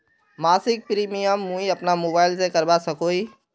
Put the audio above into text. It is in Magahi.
मासिक प्रीमियम मुई अपना मोबाईल से करवा सकोहो ही?